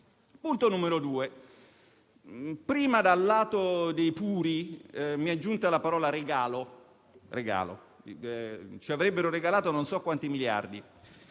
punto. Prima, dal lato dei puri, mi è giunta la parola "regalo", ci avrebbero regalato non so quanti miliardi.